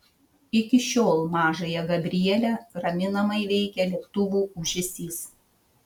iki šiol mažąją gabrielę raminamai veikia lėktuvų ūžesys